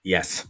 Yes